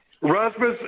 Rasmus